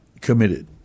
committed